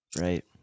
Right